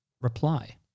reply